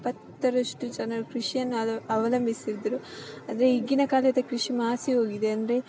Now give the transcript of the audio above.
ಎಪ್ಪತ್ತರಷ್ಟು ಜನ ಕೃಷಿಯನ್ನು ಅಲ್ ಅವಲಂಬಿಸಿದ್ದರು ಆದರೆ ಈಗಿನ ಕಾಲದ ಕೃಷಿ ಮಾಸಿ ಹೋಗಿದೆ ಅಂದರೆ